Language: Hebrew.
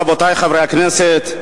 רבותי חברי הכנסת,